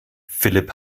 philipp